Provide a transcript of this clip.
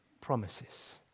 promises